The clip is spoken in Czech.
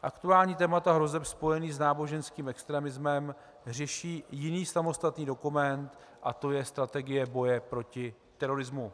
Aktuální témata hrozeb spojených s náboženským extremismem řeší jiný samostatný dokument, a to je Strategie boje proti terorismu.